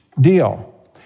deal